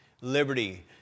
Liberty